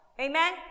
amen